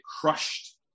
crushed